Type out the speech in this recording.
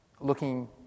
looking